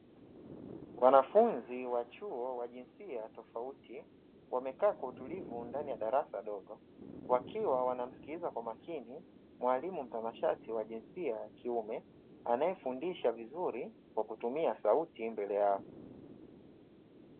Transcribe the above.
Wanafunzi wa chuo wa jinsia tofauti wamekaa kwa utulivu ndani ya darasa dogo wakiwa wanamsikiliza kwa makini mwalimu mtanashati wa jinsia ya kiume anayefundisha vizuri kwa kutumia sauti mbele yao.